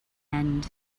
end